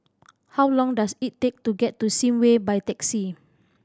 how long does it take to get to Sim Way by taxi